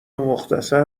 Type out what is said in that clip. مختصر